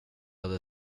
hade